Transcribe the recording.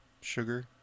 sugar